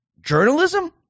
journalism